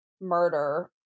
murder